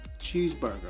cheeseburger